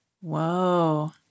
Whoa